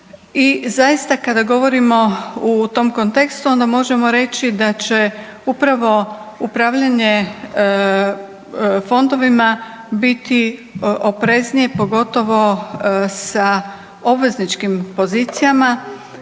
zaista kada govorimo u tom kontekstu možemo reći da će upravo upravljanje fondovima biti opreznije, pogotovo sa obvezničkim pozicijama